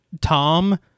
Tom